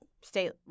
state